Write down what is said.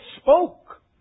spoke